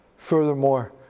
Furthermore